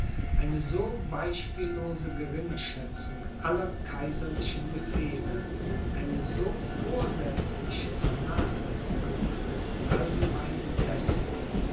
eine so beispiellose geringschätzung aller kaiserlichen befehle eine so vorsätzliche vernachlässigung des allgemeinen besten